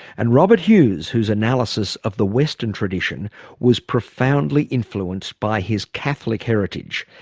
and robert hughes, whose analysis of the western tradition was profoundly influenced by his catholic heritage.